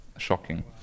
shocking